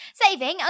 saving